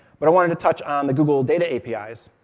but i wanted to touch on the google data apis.